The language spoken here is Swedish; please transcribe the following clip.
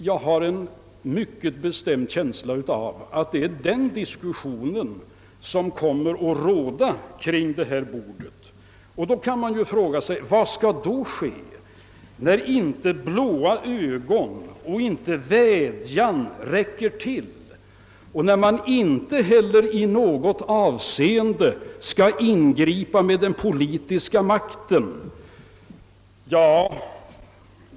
Jag har en mycket bestämd känsla av att det är en diskussion av den typer som kommer att föras kring det runde bordet. Och då kan man fråga sig: Vad inträffar när inte blå ögon och inte vädjanden räcker och när man inte heller i något avseende skall ingripa med den politiska makten?